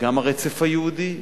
וגם הרצף היהודי,